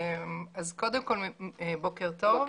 קודם כל, בוקר טוב.